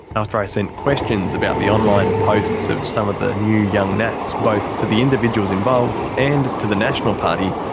after i sent questions about the online posts of some of the new young nats both to the individuals involved and to the national party,